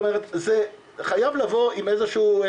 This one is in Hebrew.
זה חייב לבוא עם איזשהו,